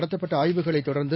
நடத்தப்பட்ட ஆய்வுகளைத் தொடர்ந்து